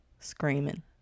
screaming